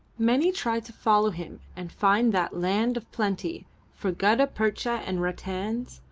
many tried to follow him and find that land of plenty for gutta-percha and rattans,